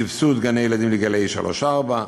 סבסוד גני-ילדים לגילאי שלוש-ארבע,